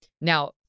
Now